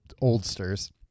oldsters